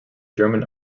german